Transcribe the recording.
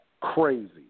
crazy